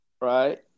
Right